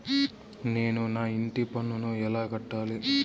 నేను నా ఇంటి పన్నును ఎలా కట్టాలి?